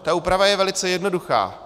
Ta úprava je velice jednoduchá.